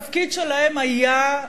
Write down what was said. התפקיד שלהם היה,